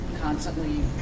constantly